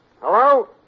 Hello